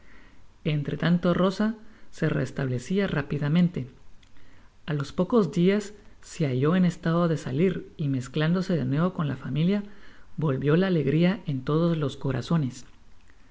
entre tanto rosa se restablecia rápidamente a los pocos dias se halló en estado de salir y mezclándose de nuevo con la familia volvió la alegria en todos los corazones